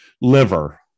Liver